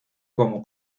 como